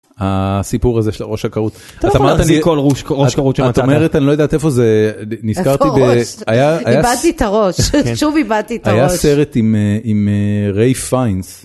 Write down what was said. הסיפור הזה של הראש הכרות. את אומרת אני לא יודעת איפה זה. נזכרתי ב.. היה, איבדתי את הראש, שוב איבדתי את הראש. היה סרט עם.. רייף פיינס